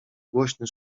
głośny